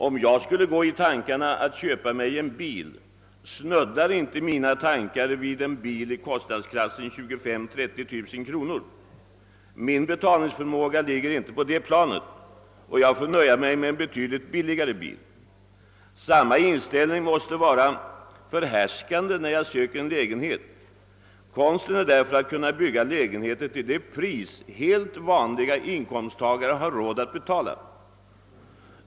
Om jag går i tankar att köpa en bil, snuddar inte mina tankar vid en bil i kostnadsklassen 25000 å 30000 kronor. Min betalningsförmåga ligger inte på det planet, utan jag får nöja mig med en betydligt billigare bil. Samma inställning måste vara förhärskande när jag söker en lägenhet. Konsten är därför att bygga lägenheter till det pris som helt vanliga inkomsttagare har råd att betala.